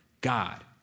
God